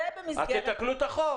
אז תתקנו את החוק.